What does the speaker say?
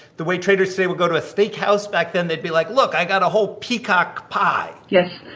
the way traders today will go to a steak house, back then, they'd be like, look, i got a whole peacock pie yes.